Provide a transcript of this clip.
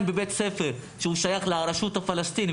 שעדיין לומדים בבית ספר ששייך לרשות הפלסטינית,